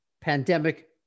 pandemic